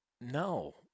no